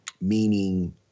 Meaning